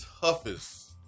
toughest